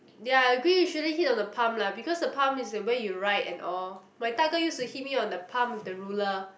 ya I agree you shouldn't hit on the palm lah because the palm is the where you write and all my 大哥 used to hit me on the palm with the ruler